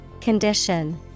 Condition